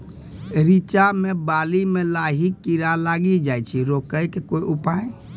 रिचा मे बाली मैं लाही कीड़ा लागी जाए छै रोकने के उपाय?